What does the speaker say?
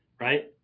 right